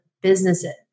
businesses